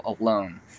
alone